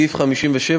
סעיפים 30 41,